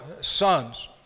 sons